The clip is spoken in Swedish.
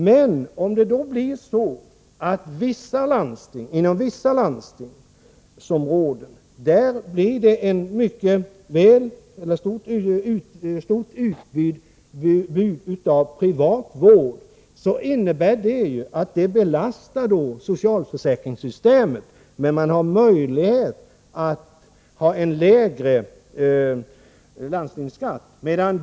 Men om man inom vissa landstingsområden har ett stort utbud av privat vård, innebär det att denna belastar socialförsäkringssystemet, och man har då möjlighet att ta ut en lägre landstingsskatt.